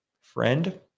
friend